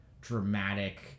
dramatic